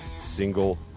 single